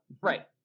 Right